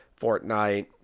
Fortnite